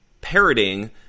parroting